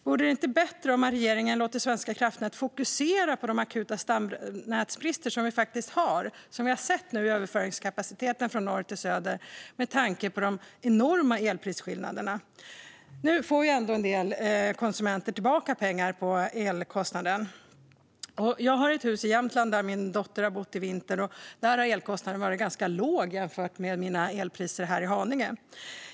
Vore det inte bättre om regeringen lät Svenska kraftnät fokusera på de akuta stamnätsbrister som vi faktiskt har och som vi har sett nu i överföringskapaciteten från norr till söder, med tanke på de enorma elprisskillnaderna? Nu får en del konsumenter ändå tillbaka pengar för elkostnaden. Jag har ett hus i Jämtland där min dotter har bott i vinter. Där har elkostnaden varit ganska låg jämfört med mina elpriser i Haninge.